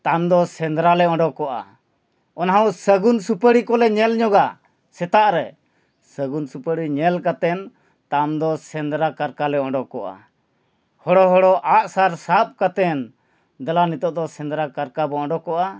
ᱛᱟᱭᱚᱢ ᱫᱚ ᱥᱮᱸᱫᱽᱨᱟ ᱞᱮ ᱚᱸᱰᱚᱠᱚᱜᱼᱟ ᱚᱱᱟ ᱦᱚᱸ ᱥᱟᱹᱜᱩᱱ ᱥᱩᱯᱟᱹᱲᱤ ᱠᱚᱞᱮ ᱧᱮᱞ ᱧᱚᱜᱟ ᱥᱮᱛᱟᱜ ᱨᱮ ᱥᱟᱹᱜᱩᱱ ᱥᱩᱯᱟᱹᱲᱤ ᱧᱮᱞ ᱠᱟᱛᱮᱫ ᱛᱟᱢ ᱫᱚ ᱥᱮᱸᱫᱽᱨᱟ ᱠᱟᱨᱠᱟ ᱞᱮ ᱚᱸᱰᱚᱠᱚᱜᱼᱟ ᱦᱚᱲᱚ ᱦᱚᱲᱚ ᱟᱸᱜᱼᱥᱟᱨ ᱥᱟᱵ ᱠᱟᱛᱮᱫ ᱫᱮᱞᱟ ᱱᱤᱛᱳᱜ ᱫᱚ ᱥᱮᱸᱫᱽᱨᱟ ᱠᱟᱨᱠᱟ ᱵᱚᱱ ᱚᱸᱰᱚᱠᱚᱜᱼᱟ